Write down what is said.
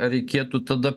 reikėtų tada